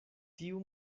tiu